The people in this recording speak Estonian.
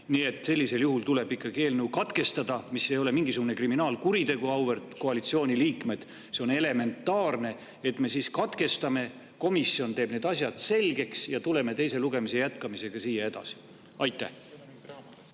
Nii et sellisel juhul tuleb ikkagi eelnõu [lugemine] katkestada, mis ei ole mingisugune kriminaalkuritegu, auväärt koalitsiooni liikmed, vaid see on elementaarne, et me siis selle katkestame: komisjon teeb need asjad selgeks ja tuleme teise lugemise jätkamiseks tagasi. Aitäh!